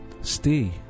Stay